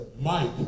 Mike